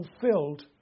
fulfilled